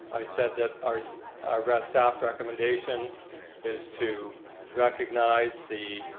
i said that our our ah staff recommendation is to recognize the